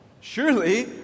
surely